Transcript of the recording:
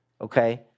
Okay